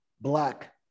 black